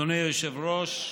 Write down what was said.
אדוני היושב-ראש,